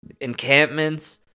encampments